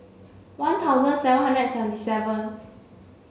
one thousand seven hundred and seventy seven